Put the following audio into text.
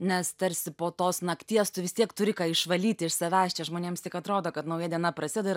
nes tarsi po tos nakties tu vis tiek turi ką išvalyti iš savęs čia žmonėms tik atrodo kad nauja diena prasideda ir